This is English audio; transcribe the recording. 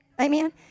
Amen